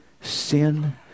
sin